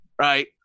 right